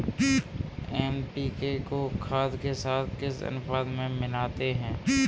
NPK को खाद के साथ किस अनुपात में मिलाते हैं?